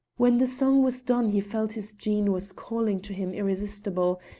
when the song was done he felt his jean was calling to him irresistible,